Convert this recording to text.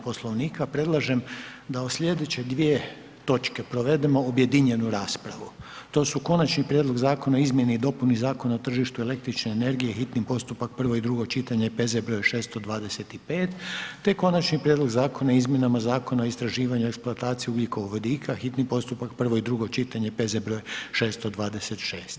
Poslovnika predlažem da o slijedeće dvije točke provedemo objedinjenu raspravu, to su: - Konačni prijedlog zakona o izmjeni i dopuni Zakona o tržištu električne energije, hitni postupak, prvo i drugo čitanje, P.Z. br. 625, te - Konačni prijedlog zakona o izmjenama Zakona o istraživanju i eksploataciji ugljikovodika, hitni postupak, prvo i drugo čitanje, P.Z. br. 626.